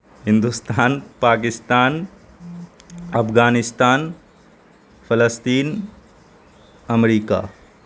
ہندوستان پاکستان افغانستان فلسطین امریکہ